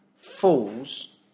falls